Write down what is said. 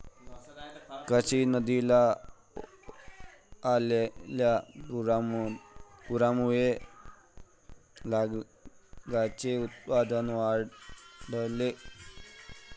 कोसी नदीला आलेल्या पुरामुळे तागाचे उत्पादन वाढले